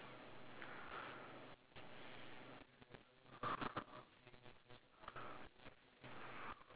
beside the chicken d~ is there anything